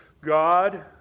God